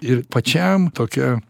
ir pačiam tokia